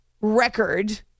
record